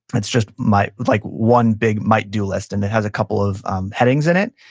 it's just my like one big might-do list, and it has a couple of um headings in it,